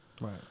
Right